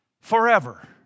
Forever